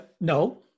No